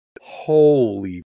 holy